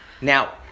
Now